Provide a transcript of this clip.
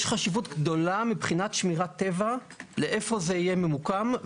יש חשיבות גדולה מבחינת שמירת הטבע לאיפה זה יהיה ממוקם.